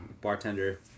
bartender